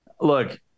Look